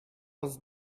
was